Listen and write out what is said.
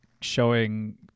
showing